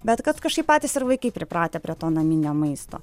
bet kad kažkaip patys ir vaikai pripratę prie to naminio maisto